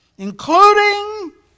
including